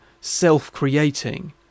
self-creating